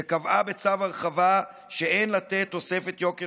שקבעה בצו הרחבה שאין לתת תוספת יוקר